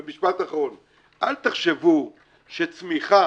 אל תחשבו שצמיחה,